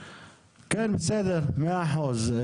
בסדר, מאה אחוז.